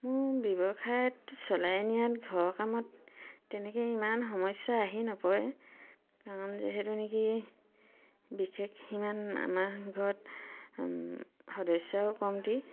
মোৰ ব্যৱসায়টো চলাই নিয়াত ঘৰৰ কামত তেনেকে ইমান সমস্যা আহি নপৰে কাৰণ যিহেতু নেকি বিশেষ সিমান আমাৰ ঘৰত সদস্যও কমটি